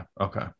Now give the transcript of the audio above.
Okay